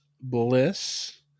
Bliss